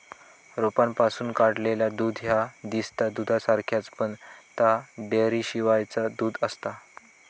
रोपांपासून काढलेला दूध ह्या दिसता दुधासारख्याच, पण ता डेअरीशिवायचा दूध आसता